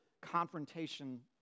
confrontation